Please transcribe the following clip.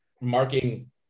marking